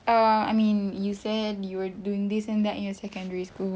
err I mean you said you were doing this and that in your secondary school